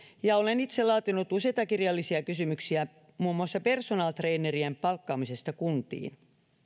ja olen itse laatinut useita kirjallisia kysymyksiä muun muassa personal trainerien palkkaamisesta kuntiin